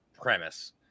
premise